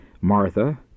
Martha